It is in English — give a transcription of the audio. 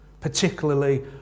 particularly